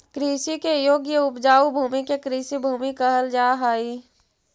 कृषि के योग्य उपजाऊ भूमि के कृषिभूमि कहल जा हई